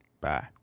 Bye